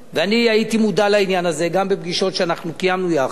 ואני הייתי מודע לעניין הזה גם בפגישות שאנחנו קיימנו יחד,